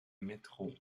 métro